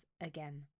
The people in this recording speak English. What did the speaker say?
again